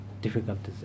difficulties